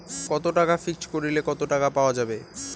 কত টাকা ফিক্সড করিলে কত টাকা পাওয়া যাবে?